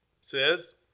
says